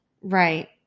Right